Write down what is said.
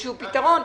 לפתרון,